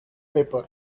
paper